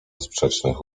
sprzecznych